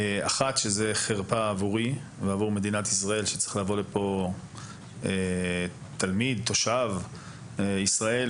זאת חרפה עבורי ועבור מדינת ישראל שמגיע לכנסת תלמיד ותושב ישראל,